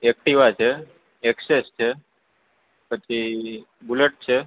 Activa છે Access છે પછી બુલેટ છે